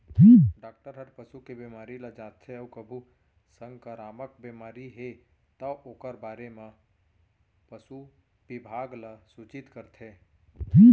doctor हर पसू के बेमारी ल जांचथे अउ कभू संकरामक बेमारी हे तौ ओकर बारे म पसु बिभाग ल सूचित करथे